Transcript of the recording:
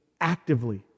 actively